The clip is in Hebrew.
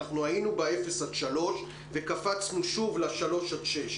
היינו בגילאי אפס עד שלוש וקפצנו שוב לגילאי שלוש עד שש.